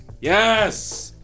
Yes